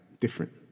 different